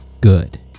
good